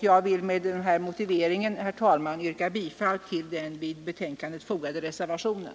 Jag vill med denna motivering, herr talman, yrka bifall till den vid betänkandet fogade reservationen.